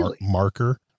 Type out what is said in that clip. Marker